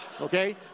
Okay